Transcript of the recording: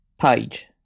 Page